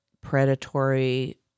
predatory